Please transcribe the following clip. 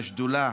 השדולה